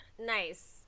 Nice